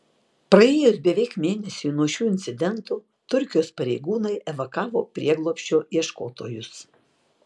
praėjus beveik mėnesiui nuo šių incidentų turkijos pareigūnai evakavo prieglobsčio ieškotojus